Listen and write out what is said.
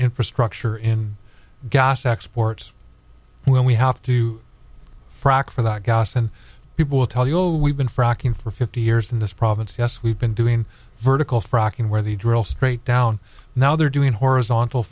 infrastructure in gas exports when we have to frack for that gas and people will tell you oh we've been fracking for fifty years in this province yes we've been doing vertical fracking where they drill straight down now they're doing horizontal